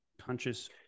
Conscious